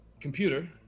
computer